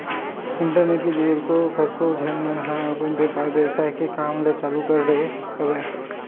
internet ले जुड़के कतको झन मन ह अपन बेपार बेवसाय के काम ल चालु कर डरे हवय